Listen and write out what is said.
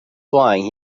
flying